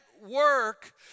work